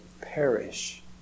perish